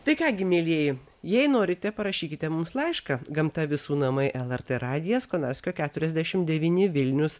tai ką gi mielieji jei norite parašykite mums laišką gamta visų namai lrt radijas konarskio keturiasdešim devyni vilnius